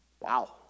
Wow